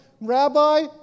rabbi